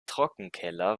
trockenkeller